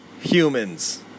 humans